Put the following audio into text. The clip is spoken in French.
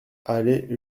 allée